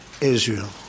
Israel